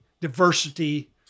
diversity